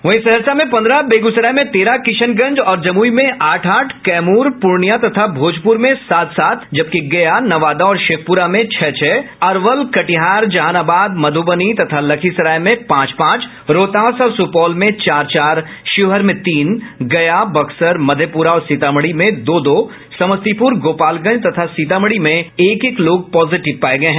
वहीं सहरसा में पंद्रह बेगूसराय में तेरह किशनगंज और जमुई में आठ आठ कैमूर पूर्णिया तथा भोजपुर में सात सात जबकि गया नवादा और शेखपुरा में छह छह अरवल कटिहार जहानाबाद मध्रबनी तथा लखीसराय में पांच पांच रोहतास और सुपौल में चार चार शिवहर में तीन गया बक्सर मधेपुरा और सीतामढ़ी में दो दो समस्तीपुर गोपालगंज तथा सीतामढ़ी में एक एक लोग पॉजिटिव पाये गये हैं